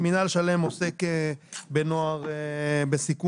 מינהל של"מ עוסק בנוער בסיכון,